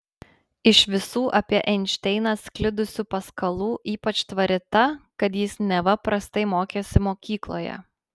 iš visų apie einšteiną sklidusių paskalų ypač tvari ta kad jis neva prastai mokėsi mokykloje